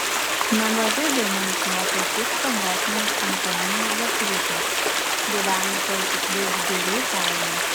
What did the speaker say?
nemažai dainų išmoko iš krikšto motinos antaninos zakrytės gyvenusios daudžgirių kaime